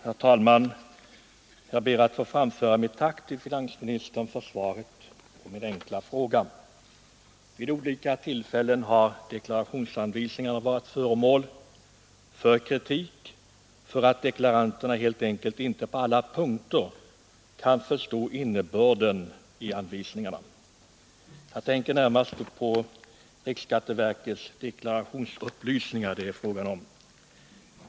Herr talman! Jag ber att få framföra mitt tack till finansministern för svaret på min enkla fråga. Vid olika tillfällen har riksskatteverkets deklarationsanvisningar varit föremål för kritik med anledning av att deklaranterna helt enkelt inte på alla punkter kunnat förstå deras innebörd.